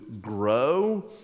grow